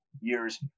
years